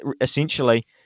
essentially